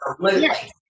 yes